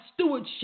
stewardship